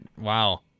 wow